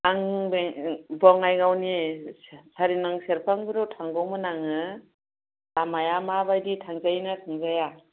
आं बे बङाइगावनि सारि नं सेरफांगुरियाव थांगौमोन आङो लामाया माबायदि थांजायो ना थांजाया